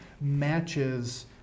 matches